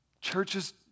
churches